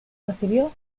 recibió